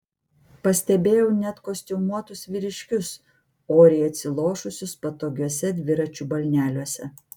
pastebėjau net kostiumuotus vyriškius oriai atsilošusius patogiuose dviračių balneliuose